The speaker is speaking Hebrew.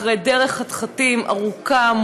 אחרי דרך חתחתים ארוכה,